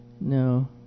No